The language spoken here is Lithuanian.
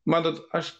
matot aš